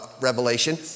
revelation